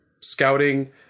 scouting